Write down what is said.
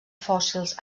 fòssils